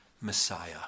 Messiah